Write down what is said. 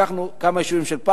לקחנו כמה יישובים בשביל פיילוט,